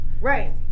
Right